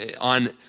on